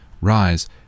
Rise